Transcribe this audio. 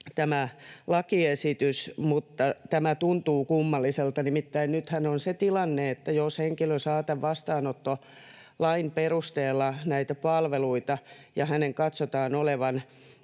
mutta tämä tuntuu kummalliselta. Nimittäin nythän on se tilanne, että jos henkilö saa tämän vastaanottolain perusteella palveluita ja hänen katsotaan olevan